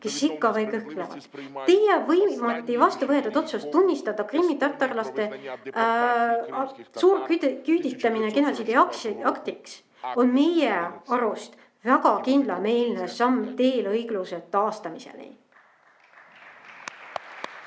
kes ikka veel kõhklevad. Teie viimati vastu võetud otsus tunnistada krimmitatarlaste suurküüditamine genotsiidiaktiks on meie arust väga kindlameelne samm teel õigluse taastamiseni.